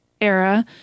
era